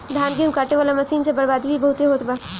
धान, गेहूं काटे वाला मशीन से बर्बादी भी बहुते होत बा